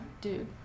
Dude